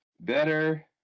better